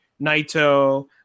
Naito